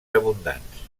abundants